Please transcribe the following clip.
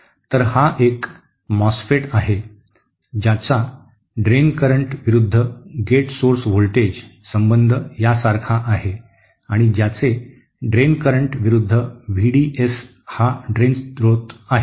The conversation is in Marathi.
तर हा एक एमओएसएफईटी आहे ज्याच्या ड्रेन करंट विरूद्ध गेट सोर्स व्होल्टेज संबंध यासारखा आहे आणि ज्याचे ड्रेन करंट विरूद्ध व्ही डी एस हा ड्रेन स्रोत आहे